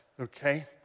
okay